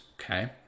Okay